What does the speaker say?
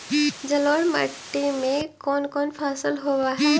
जलोढ़ मट्टी में कोन कोन फसल होब है?